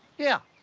yeah.